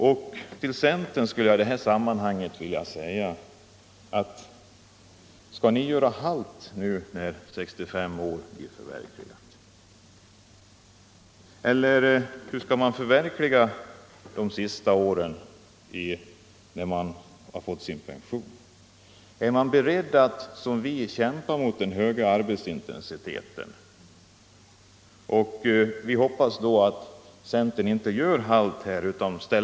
I det här sammanhanget skulle jag vilja fråga centern: Skall ni göra halt nu, när 65 års pensionsålder blir förverkligad? Är ni beredda att liksom vi kämpa mot den höga arbetsintensiteten? Det är en förlängning av den här debatten som jag tycker är ganska viktig.